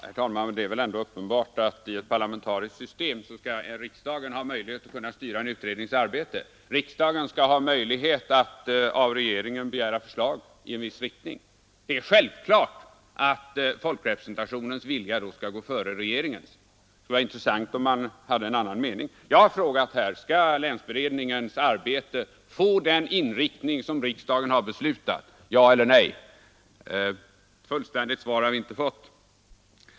Herr talman! Det är väl ändå uppenbart att riksdagen i ett parlamentariskt system skall ha möjlighet att styra en utrednings arbete. Den skall också av regeringen kunna begära förslag i en viss riktning. Det är självklart att folkrepresentationens vilja då skall gå före regeringens. Det skulle vara intressant att få veta om man inom regeringen har en annan mening. Jag har frågat: Skall länsberedningens arbete få den inriktning som riksdagen har beslutat? Vi vill ha ett ja eller ett nej. Något fullständigt svar har vi inte fått.